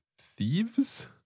thieves